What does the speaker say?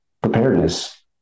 preparedness